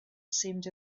seemed